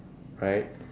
right